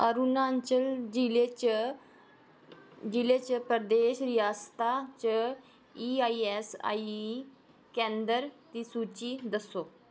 अरुणाचल जिले च जिले च प्रदेश रियासता च ईआईऐस्सआईई केंद्र दी सूची दस्सो